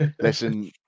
listen